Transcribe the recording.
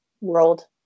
world